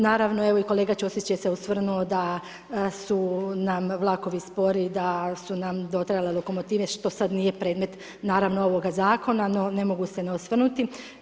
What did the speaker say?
Naravno evo i kolega Ćosić se je osvrnuo da su nam vlakovi spori, da su nam dotrajale lokomotive što sada nije predmet naravno ovoga zakona no ne mogu se ne osvrnuti.